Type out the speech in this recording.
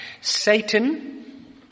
Satan